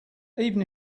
even